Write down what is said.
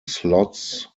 slots